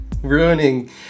ruining